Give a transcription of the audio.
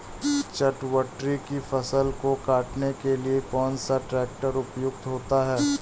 चटवटरी की फसल को काटने के लिए कौन सा ट्रैक्टर उपयुक्त होता है?